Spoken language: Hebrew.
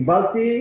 קיבלתי,